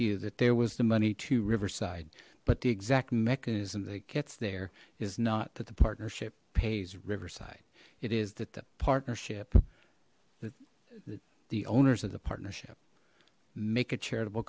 you that there was the money to riverside but the exact mechanism that gets there is not that the partnership pays riverside it is that the partnership the owners of the partnership make a charitable